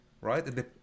right